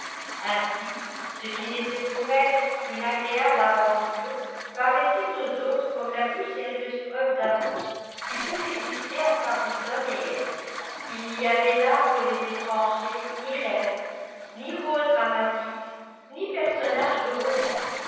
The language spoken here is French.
ainsi ce qui n'était pour elle qu'une agréable aventure paraissait aux autres comme la plus sérieuse preuve d'amour qui pût exister entre arbuton et elle il n'y avait là pour les étrangers ni rêve ni rôle dramatique ni personnages de roman